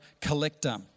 collector